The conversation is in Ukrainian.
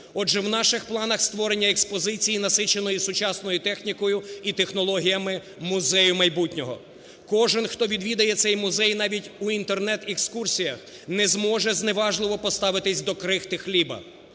Отже, в наших планах – створення експозиції, насиченою сучасною технікою і технологіями музею майбутнього. Кожен, хто відвідає цей музей, навіть уІнтернет-екскурсіях, не зможе зневажливо поставитися до крихти хліба.